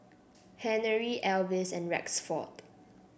Henery Alvis and Rexford